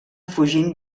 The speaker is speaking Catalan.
fugint